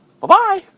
Bye-bye